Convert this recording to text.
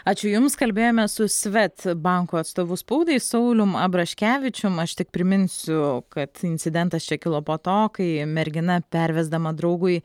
ačiū jums kalbėjome su svedbanko atstovu spaudai saulium abraškevičium aš tik priminsiu kad incidentas čia kilo po to kai mergina pervesdama draugui